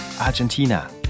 Argentina